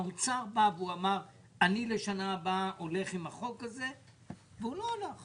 האוצר בא ואמר: אני לשנה הבאה הולך עם החוק הזה והוא לא הלך,